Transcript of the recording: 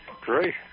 Great